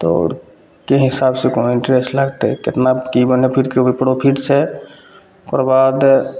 तऽ आओर कि हिसाबसे कोन इन्टरेस्ट लगतै कतना कि मने फेर ओहिमे प्रॉफिट छै ओकरबाद